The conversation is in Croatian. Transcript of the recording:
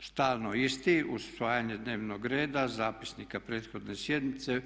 stalno isti usvajanje dnevnog reda, zapisnika prethodne sjednice.